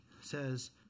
says